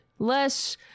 Less